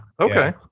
okay